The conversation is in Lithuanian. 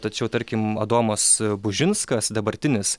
tačiau tarkim adomas bužinskas dabartinis